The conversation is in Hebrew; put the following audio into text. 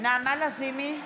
נעמה לזימי,